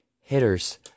hitters